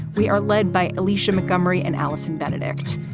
we are led by alicia montgomery and allison benedikt.